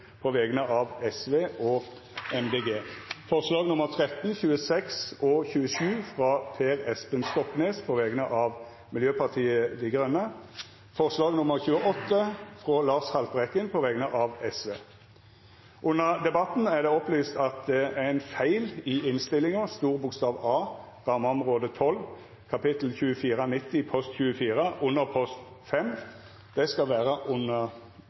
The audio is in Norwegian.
på vegner av Sosialistisk Venstreparti og Miljøpartiet Dei Grøne forslaga nr. 13, 26 og 27, frå Per Espen Stoknes på vegner av Miljøpartiet Dei Grøne forslag nr. 28, frå Lars Haltbrekken på vegner av Sosialistisk Venstreparti Under debatten er det opplyst at det er ein feil i innstillinga: Stor bokstav A rammeområde 12, kap. 2490 post 24, underpost 5, skal vera underpost 6. Det